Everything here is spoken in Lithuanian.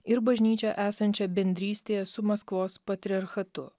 ir bažnyčia esančia bendrystėje su maskvos patriarchatu